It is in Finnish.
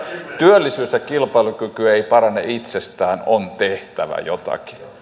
työllisyys ja kilpailukyky eivät parane itsestään on tehtävä jotakin